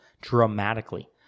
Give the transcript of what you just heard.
dramatically